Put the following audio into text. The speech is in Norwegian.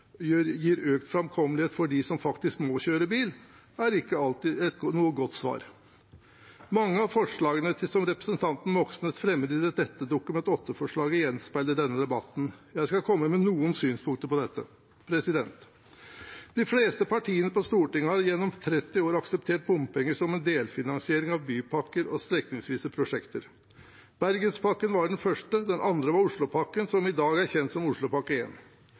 gir økt framkommelighet for dem som faktisk må kjøre bil, er ikke alltid noe godt svar. Mange av forslagene som representanten Moxnes fremmer i dette Dokument 8-forslaget, gjenspeiler denne debatten. Jeg skal komme med noen synspunkter på dette. De fleste partiene på Stortinget har gjennom 30 år akseptert bompenger som en delfinansiering av bypakker og strekningsvise prosjekter. Bergenspakken var den første bypakken – den andre var Oslopakken, som i dag er kjent som Oslopakke